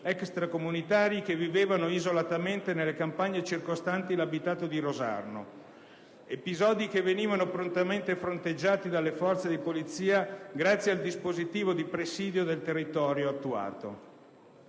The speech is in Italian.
extracomunitari che vivevano isolatamente nelle campagne circostanti l'abitato di Rosarno, episodi che venivano prontamente fronteggiati dalle forze di polizia grazie al dispositivo di presidio del territorio attuato.